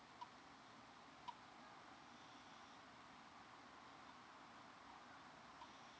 uh oh